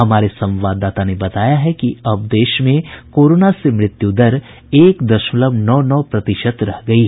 हमारे संवाददाता ने बताया है कि अब देश में कोरोना से मृत्यु दर एक दशमलव नौ नौ प्रतिशत रह गई है